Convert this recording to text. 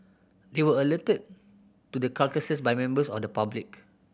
they were alerted to the carcasses by members of the public